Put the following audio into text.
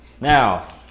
Now